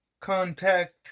contact